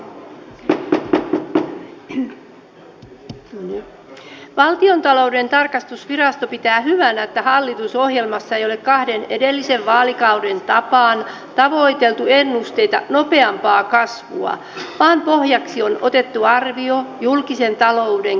valtionta louden tarkastusvirasto pitää hyvänä että hallitusohjelmassa ei ole kahden edellisen vaalikauden tapaan tavoiteltu ennusteita nopeampaa kasvua vaan pohjaksi on otettu arvio julkisen talouden kestävyysvajeesta